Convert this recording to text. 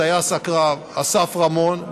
טייס הקרב אסף רמון,